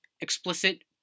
explicit